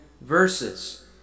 verses